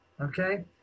Okay